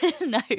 No